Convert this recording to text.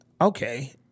okay